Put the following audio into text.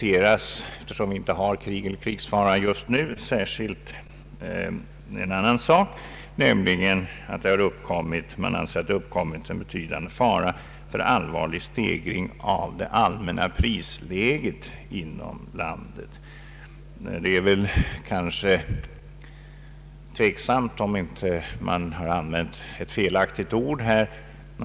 Eftersom vi inte har krig eller krigsfara just nu citeras särskilt en annan sak, nämligen att man anser att det uppstått en betydande fara för en allvarlig stegring av det allmänna prisläget inom landet. Det är tveksamt om man inte använt ett felaktigt ord här.